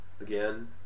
Again